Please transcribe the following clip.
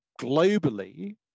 globally